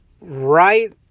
Right